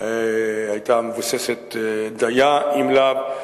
היתה מבוססת דיה אם לאו.